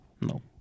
No